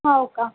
हो का